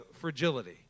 fragility